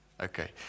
Okay